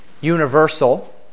universal